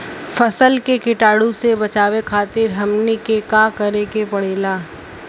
फसल के कीटाणु से बचावे खातिर हमनी के का करे के पड़ेला?